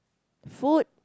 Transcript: food